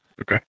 Okay